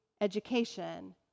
education